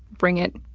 bring it.